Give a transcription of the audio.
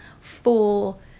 full